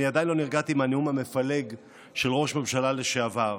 אני עדיין לא נרגעתי מהנאום המפלג של ראש הממשלה לשעבר,